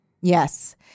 Yes